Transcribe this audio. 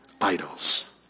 idols